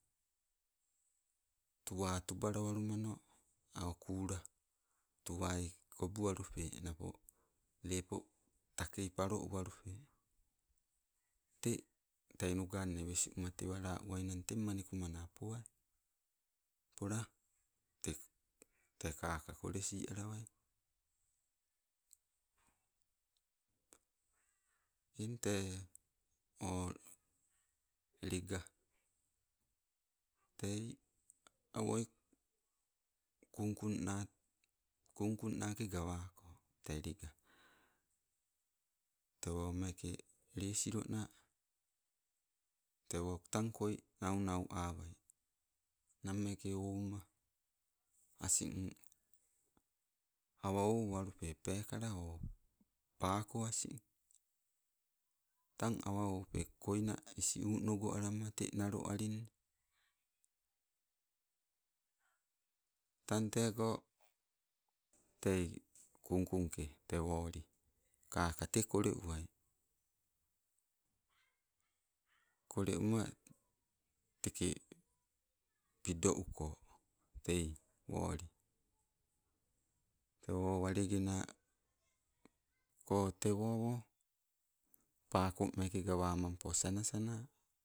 Tuwa tubalawalumano, a' o kula tuwai kobualupe, napo lepo takei palo uwalupe. Te tei nugannoi wes uma tewa la uwainang teng manikumana poai, pola tee kaka kolesi alawai. Eng tee o lega tei awoi kungkunna kungkung naake gawako, tee lega. Tewo meke lesilona, tewo tang koi nau nau awai. Nammeke ouma asing, awa ouwalupe peekala o paako asing, tang awa oupe koina isiu nogo alama te naloalina. Tang tego, tei kungkungke tee woli, kaka te kole uwai. Kole uma teke pido uko tei woli. Tewo walegenako tewo awo paako meeke gawamampo sanasanaa.